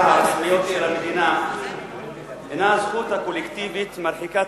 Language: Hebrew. הרשמיות של המדינה הינה הזכות הקולקטיבית מרחיקת